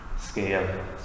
scale